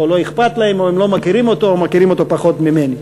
או שלא אכפת להם או שהם לא מכירים אותו או מכירים אותו פחות ממני,